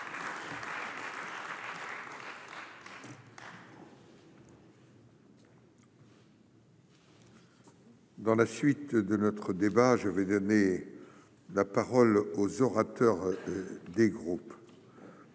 Dans la suite de notre débat, je vais donner la parole aux orateurs des groupes.